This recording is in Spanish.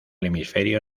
hemisferio